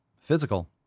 physical